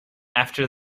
after